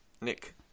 Nick